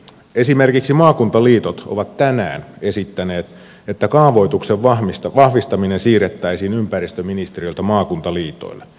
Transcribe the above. esimerkiksi maakuntaliitot ovat tänään esittäneet että kaavoituksen vahvistaminen siirrettäisiin ympäristöministeriöltä maakuntaliitoille